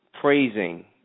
praising